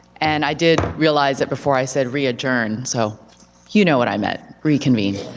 and i did realize it before i said readjourn, so you know what i meant, reconvene.